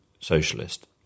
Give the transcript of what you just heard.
socialist